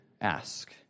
ask